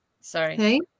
Sorry